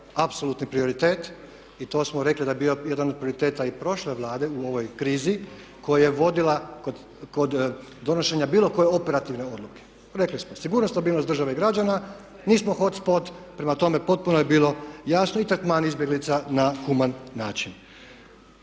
apsolutni prioritet i to smo rekli da je bio jedan od prioriteta i prošle Vlade u ovoj krizi koju je vodila kod donošenja bilo koje operativne odluke. Rekli smo, sigurnost, stabilnost države i građana, nismo hot spot. Prema tome, potpuno je bilo jasno i …/Govornik se ne razumije./… izbjeglica na human način.